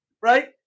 Right